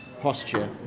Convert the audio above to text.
posture